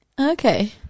okay